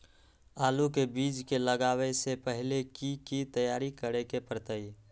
आलू के बीज के लगाबे से पहिले की की तैयारी करे के परतई?